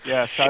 Yes